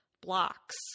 blocks